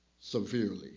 severely